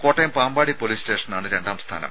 Kottayam Pampady police സ്റ്റേഷനാണ് രണ്ടാം സ്ഥാനം